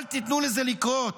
אל תיתנו לזה לקרות.